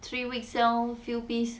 three weeks sell few piece